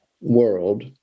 world